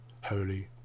Holy